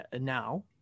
now